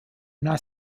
not